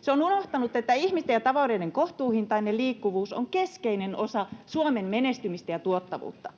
Se on unohtanut, että ihmisten ja tavaroiden kohtuuhintainen liikkuvuus on keskeinen osa Suomen menestymistä ja tuottavuutta.